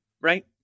right